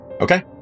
Okay